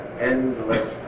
endless